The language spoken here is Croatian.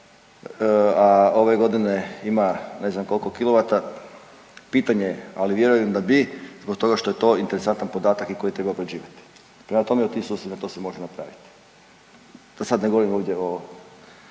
a ove godine ima ne znam koliko kilovata pitanje je, ali vjerujem da bi zbog toga što je to interesantan podatak i koji treba obrađivati, prema tome u tim sustavima to se može napraviti, da sad ne govorim ovdje o